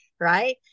Right